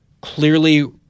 clearly